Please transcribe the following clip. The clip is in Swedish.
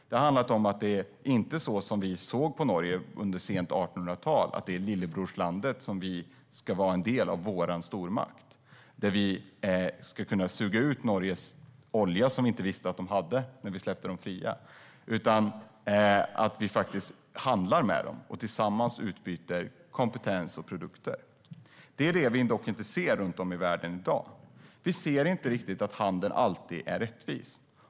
Det har inte handlat om hur vi såg på Norge under sent 1800-tal - att det är lillebrorslandet som ska vara en del av vår stormakt och där vi ska kunna suga ut deras olja, som vi inte visste att de hade när vi släppte dem fria - utan om att vi handlar med dem och tillsammans utbyter kompetens och produkter. Detta ser vi dock inte runt om i världen i dag. Vi ser inte att handel alltid är rättvis.